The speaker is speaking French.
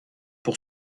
pour